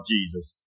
Jesus